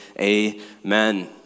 amen